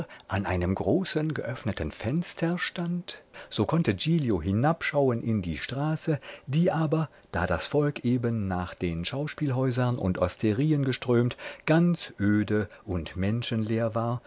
an einem großen geöffneten fenster stand so konnte giglio hinabschauen in die straße die aber da das volk eben nach den schauspielhäusern und osterien geströmt ganz öde und menschenleer war